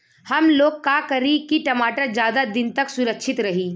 हमलोग का करी की टमाटर ज्यादा दिन तक सुरक्षित रही?